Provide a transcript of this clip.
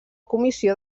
comissió